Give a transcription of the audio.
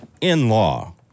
In-law